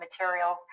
materials